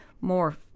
more